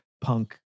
punk